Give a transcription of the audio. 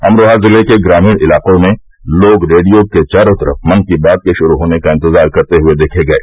अमरोहा जिले के ग्रामीण इलाकों में लोग रेडियो के चारो तरफ मन की बात के शुरू होने का इंतज़ार कस्ते हये देखे गये